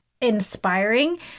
inspiring